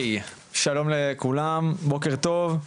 שלום לכולם בוקר טוב,